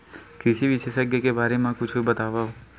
कृषि विशेषज्ञ के बारे मा कुछु बतावव?